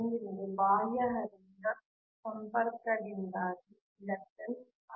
ಮುಂದಿನದು ಬಾಹ್ಯ ಹರಿವಿನ ಸಂಪರ್ಕದಿಂದಾಗಿ ಇಂಡಕ್ಟನ್ಸ್ಸ್ ಆಗಿದೆ